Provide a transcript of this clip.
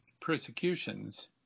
persecutions